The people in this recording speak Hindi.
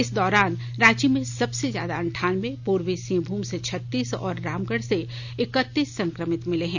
इस दौरान रांची में सबसे ज्यादा अंठान्बे पूर्वी सिंहभूम से छत्तीस और रामगढ़ से इकतीस संक्रमित मिले हैं